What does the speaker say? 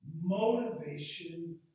Motivation